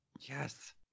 Yes